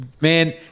Man